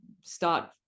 start